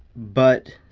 but